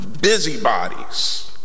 busybodies